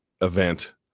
event